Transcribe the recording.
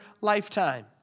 lifetime